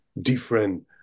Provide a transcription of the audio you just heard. different